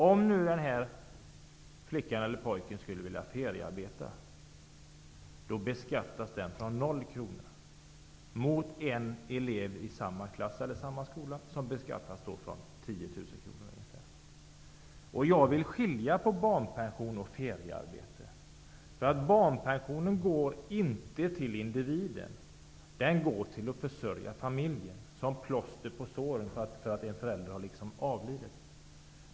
Om en flicka eller pojke som får barnpension skulle vilja feriearbeta, beskattas inkomsten från noll kronor. Ett annat barn i samma klass som också feriearbetar beskattas för sin inkomst från 10 000 Jag tycker att man skall skilja på barnpension och feriearbete. Barnpensionen går inte till individen. Den går till att försörja familjen, som plåster på såren för att en förälder har avlidit.